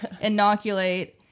inoculate